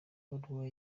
baruwa